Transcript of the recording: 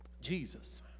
Jesus